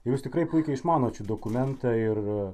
jūs tikrai puikiai išmanot šį dokumentą ir